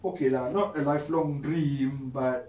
okay lah not a lifelong dream but